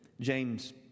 James